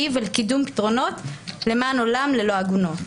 ולקידום פתרונות למען עולם ללא עגונות.